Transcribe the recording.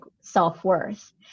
self-worth